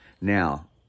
Now